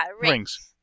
rings